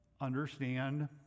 understand